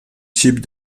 types